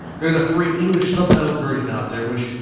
there is a free english subtitled version out there which,